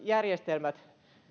järjestelmät